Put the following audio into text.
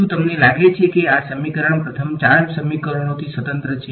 શું તમને લાગે છે કે આ સમીકરણ પ્રથમ ચાર સમીકરણોથી સ્વતંત્ર છે